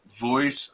voice